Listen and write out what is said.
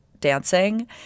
dancing